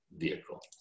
vehicle